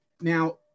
Now